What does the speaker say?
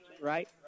Right